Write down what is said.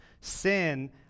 Sin